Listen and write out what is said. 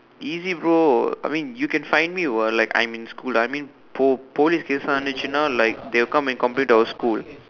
easy bro I mean you can find me while like I'm in school lah I mean po~ police cases unintentional like they will come and complain to our school